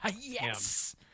Yes